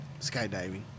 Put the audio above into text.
skydiving